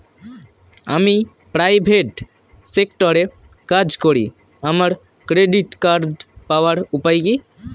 আমি প্রাইভেট সেক্টরে কাজ করি আমার ক্রেডিট কার্ড পাওয়ার উপায় কি?